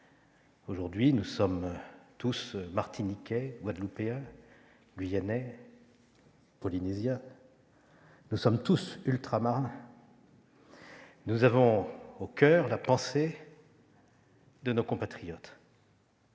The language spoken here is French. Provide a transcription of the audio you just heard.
Aujourd'hui, en effet, nous sommes tous Martiniquais, Guadeloupéens, Guyanais, Polynésiens ... Nous sommes tous Ultramarins. Nous avons tous une pensée pour nos compatriotes,